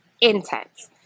intense